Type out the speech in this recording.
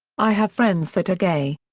i have friends that are gay.